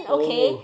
oh